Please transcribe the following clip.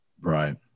Right